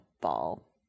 ball